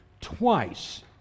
twice